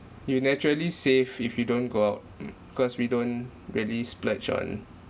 you naturally save if you don't go out mm cause we don't really splurge on